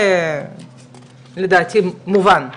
זה לדעתי מובן.